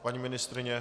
Paní ministryně?